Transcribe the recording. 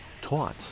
taught